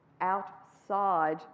outside